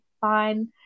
fine